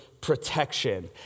protection